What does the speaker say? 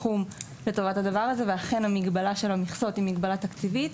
הוקצה איזשהו סכום לטובת הדבר הזה ואכן המגבלה של המכסות היא מגבלה תקציבית